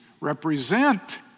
represent